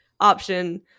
option